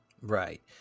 Right